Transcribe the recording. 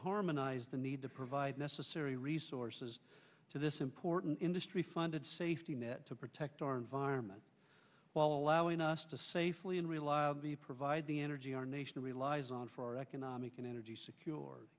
harmonize the need to provide necessary resources to this important industry funded safety net to protect our environment while allowing us to safely and reliably provide the energy our nation relies on for our economic and energy secur